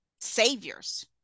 saviors